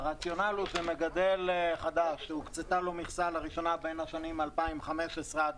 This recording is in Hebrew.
הרציונל הוא שמגדל חדש שהוקצתה לו מכסה לראשונה בשנים 2015 עד